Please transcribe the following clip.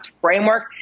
framework